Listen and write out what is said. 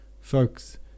Folks